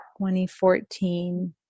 2014